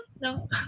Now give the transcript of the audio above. No